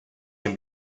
can